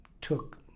took